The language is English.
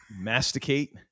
masticate